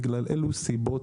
בגלל אלו סיבות.